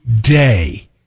day